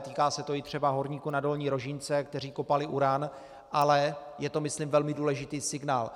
Týká se to i třeba horníků na Dolní Rožínce, kteří kopali uran, ale je to myslím velmi důležitý signál.